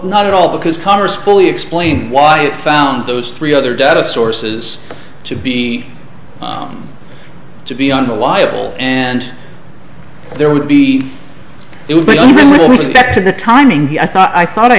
not at all because congress fully explained why it found those three other data sources to be to be unreliable and there will be it will be back to the timing i thought i thought i